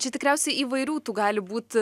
čia tikriausiai įvairių tų gali būt